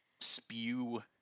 spew